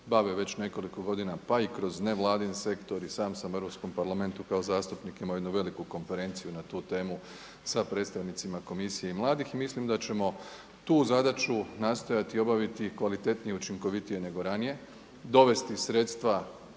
bave već nekoliko godina pa i kroz nevladin sektor. I sam sam u Europskom parlamentu kao zastupnik imao jednu veliku konferenciju na tu temu sa predstavnicima komisije i mladih. Mislim da ćemo tu zadaću nastojati obaviti kvalitetnije i učinkovitije nego ranije, dovesti sredstva